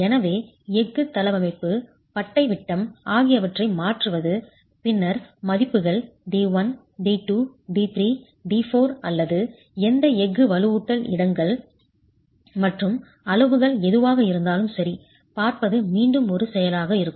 எனவே எஃகு தளவமைப்பு பட்டை விட்டம் ஆகியவற்றை மாற்றுவது பின்னர் மதிப்புகள் d1 d2 d3 d4 அல்லது அந்த எஃகு வலுவூட்டல் இடங்கள் மற்றும் அளவுகள் எதுவாக இருந்தாலும் சரி பார்ப்பது மீண்டும் ஒரு செயலாக இருக்கும்